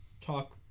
talk